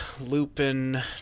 Lupin